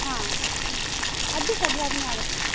हा अद्य षड्वादने आगच्छतु